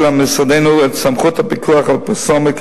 על משרדנו את סמכות הפיקוח על פרסומת,